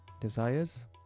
desires